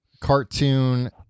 cartoon